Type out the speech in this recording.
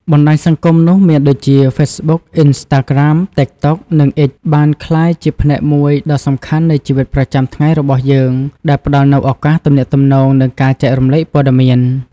បណ្តាញសង្គមនោះមានដូចជា ហ្វេសប៊ុក អ៊ីនស្តារក្រាម តិកតុក និង អ៊ិច បានក្លាយជាផ្នែកមួយដ៏សំខាន់នៃជីវិតប្រចាំថ្ងៃរបស់យើង ដែលផ្តល់នូវឱកាសទំនាក់ទំនង និងការចែករំលែកព័ត៌មាន។